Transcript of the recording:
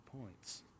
points